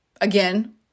again